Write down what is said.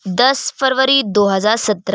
دس فروی دو ہزار سترہ